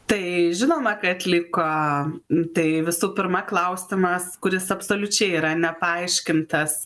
tai žinoma kad liko tai visų pirma klausimas kuris absoliučiai yra nepaaiškintas